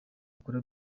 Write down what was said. akora